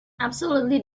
absolutely